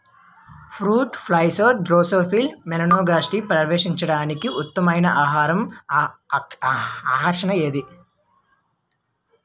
Fruit flies Drosophila మెలనోగాస్టర్ని పర్యవేక్షించడానికి ఉత్తమమైన ఆహార ఆకర్షణ ఏది?